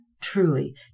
truly